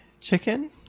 chicken